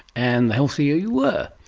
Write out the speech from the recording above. and the healthier you were.